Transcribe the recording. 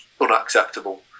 unacceptable